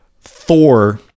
Thor